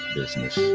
business